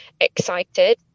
excited